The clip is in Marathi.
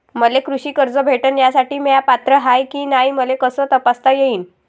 मले कृषी कर्ज भेटन यासाठी म्या पात्र हाय की नाय मले कस तपासता येईन?